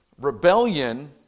rebellion